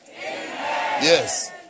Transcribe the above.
Yes